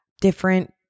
different